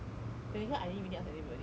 the result I didn't really ask anybody actually